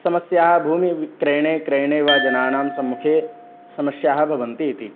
समस्याः भूमिविक्रयणे क्रयणे वा जनानां सम्मुखे समस्याः भवन्तीति